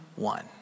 One